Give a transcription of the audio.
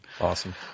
Awesome